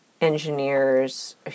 engineers